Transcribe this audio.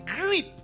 grip